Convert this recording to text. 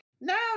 Now